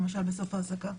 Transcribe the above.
למשל בסוף העסקה?